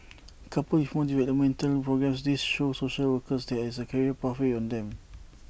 coupled with more developmental programmes this shows social workers there is A career pathway for them